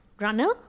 runner